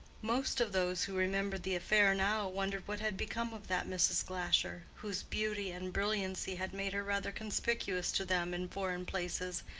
most of those who remembered the affair now wondered what had become of that mrs. glasher, whose beauty and brilliancy had made her rather conspicuous to them in foreign places,